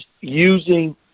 using